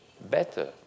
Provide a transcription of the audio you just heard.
better